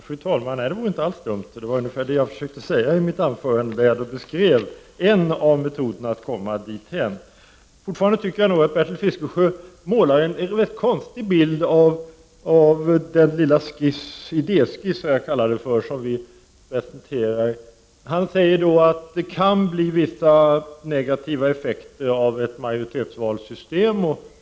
Fru talman! Nej, det vore inte alls dumt. Det var ungefär det jag försökte säga i mitt anförande när jag beskrev en av metoderna att komma dithän. Jag tycker fortfarande att Bertil Fiskesjö målar en rätt konstig bild av den lilla idéskiss som vi presenterar. Han säger att det kan bli vissa negativa effekter av ett majoritetsvalsystem.